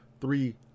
three